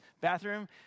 bathroom